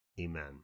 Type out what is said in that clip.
amen